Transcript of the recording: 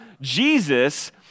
Jesus